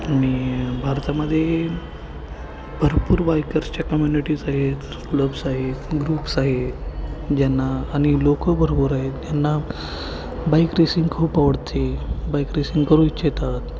आणि भारतामध्ये भरपूर बायकर्सच्या कम्युनिटीज आहेत क्लब्स आहेत ग्रुप्स आहेत ज्यांना आणि लोकं भरपूर आहेत त्यांना बाईक रेसिंग खूप आवडते बाईक रेसिंग करू इच्छितात